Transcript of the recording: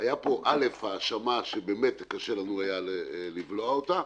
היתה פה האשמה שקשה לנו היה לבלוע אותה,